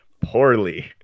poorly